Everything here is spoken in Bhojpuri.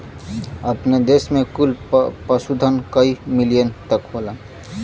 अपने देस में कुल पशुधन कई मिलियन तक होला